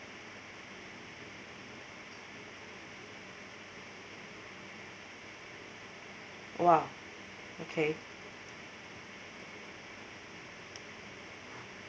!wah! okay